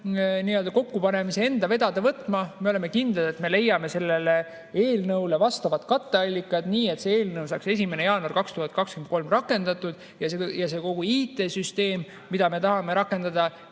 selle kokkupanemise enda vedada võtma. Me oleme kindlad, et me leiame sellele eelnõule katteallikad, nii et see saaks 1. jaanuaril 2023 rakendatud ja kogu see IT-süsteem, mida me tahame rakendada